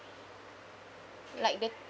like the